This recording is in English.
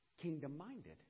kingdom-minded